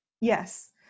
Yes